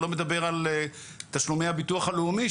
כבר לא מדבר על תשלומי הביטוח הלאומי,